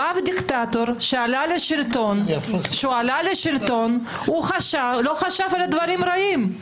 בא דיקטטור שעלה לשלטון, לא חשב על דברים רעים.